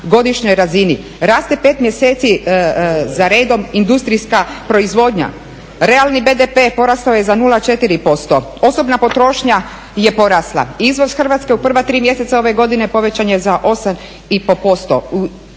godišnjoj razini. Raste 5 mjeseci za redom industrijska proizvodnja. Realni BDP je porastao je za 0,4%. Osobna potrošnja je porasla. Izvoz Hrvatske u prva 3 mjeseca ove godine povećan je za 8.5%.